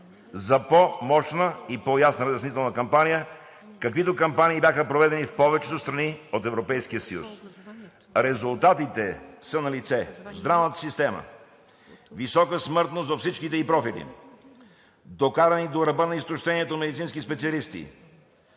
за по-мощна и по-ясна разяснителна кампания, каквито кампании бяха проведени в повечето страни от Европейския съюз. Резултатите са налице. В здравната система – висока смъртност във всичките ѝ профили, докарани до ръба на изтощението медицински специалисти